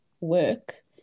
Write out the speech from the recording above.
work